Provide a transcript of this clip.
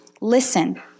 Listen